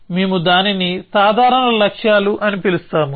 మేము దానిని సాధారణ లక్ష్యాలు అని పిలుస్తాము